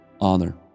Honor